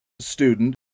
student